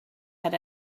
had